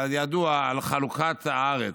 כידוע, על חלוקת הארץ,